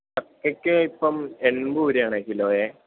ചക്കയ്ക്ക് ഇപ്പം എൺപത് രൂപയാണ് കിലോ